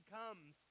comes